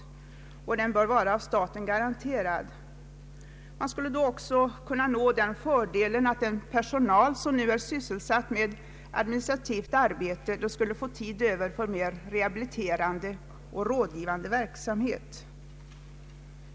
Minimiinkomsten bör vara av staten garanterad. Man skulle då även kunna uppnå den fördelen att personal som nu är sysselsatt med administrativt arbete skulle få tid över för rehabiliterande och rådgivande verksamhet.